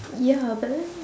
ya but then